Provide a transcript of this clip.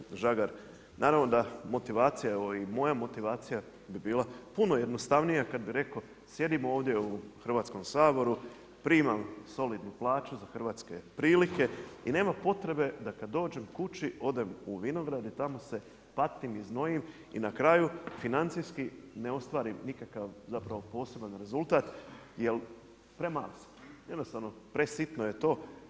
Kolega Žagar, naravno da motivacija, evo i moja motivacija bi bila puno jednostavnija kada bi rekao sjedimo ovdje u Hrvatskom saboru, primam solidnu plaću za hrvatske prilike i nema potrebe da kada dođem kući odem u vinograd i tamo se patim i znojim i na kraju financijski ne ostvarim nikakav zapravo poseban rezultat jer … jednostavno presitno je to.